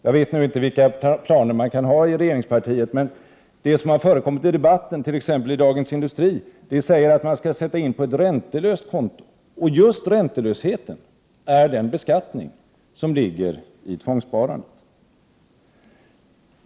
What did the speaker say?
Jag vet inte vilka planer man kan ha i regeringspartiet, men enligt vad som sagts i debatten, t.ex. i Dagens Industri, är det bäst att låta medborgarna sätta in sina pengar på ett räntelöst konto. Just räntelösheten är den beskattning som ligger i tvångssparandet.